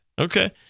Okay